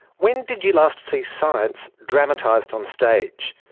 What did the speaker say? when did you last see science dramatised on stage?